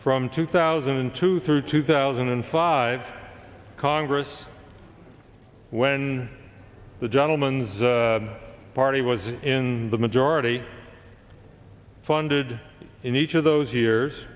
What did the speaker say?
from two thousand and two through two thousand and five congress when the gentleman's party was in the majority funded in each of those years